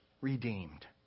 redeemed